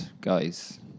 guys